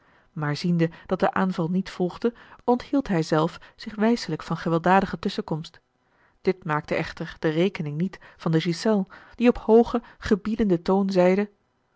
maar ziende dat de aanval niet volgde onthield hij zelf zich wijselijk van gewelddadige tusschenkomst dit maakte echter de rekening niet van de ghiselles die op hoogen gebiedenden toon zeide